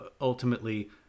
ultimately